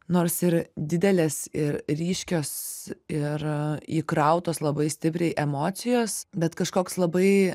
nors ir didelės ir ryškios ir įkrautos labai stipriai emocijos bet kažkoks labai